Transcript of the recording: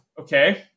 Okay